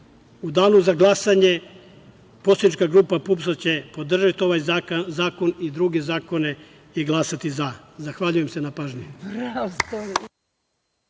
danu za glasanje Poslanička grupa PUPS će podržati ovaj zakon i druge zakone i glasati za. Zahvaljujem se na pažnji.